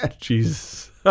Jesus